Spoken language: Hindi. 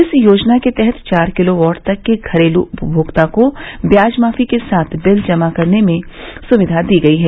इस योजना के तहत चार किलोवाट तक के घरेलू उपभोक्ता को ब्याजमाफी के साथ बिल जमा करने की सुविधा दी गई है